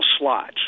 slots